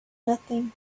nothing